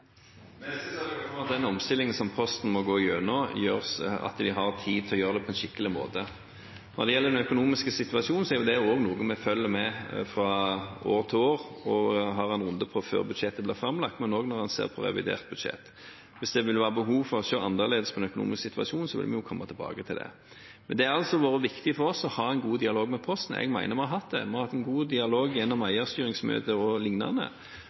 at Posten har tid til å gjennomføre på en skikkelig måte den omstillingen de må igjennom. Når det gjelder den økonomiske situasjonen, er det også noe vi følger med på fra år til år og har en runde på før budsjettet blir framlagt, men også når en ser på revidert budsjett. Hvis det vil være behov for å se annerledes på den økonomiske situasjonen, vil vi komme tilbake til det. Det har vært viktig for oss å ha en god dialog med Posten, og jeg mener vi har hatt det. Vi har hatt en god dialog gjennom